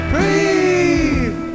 Breathe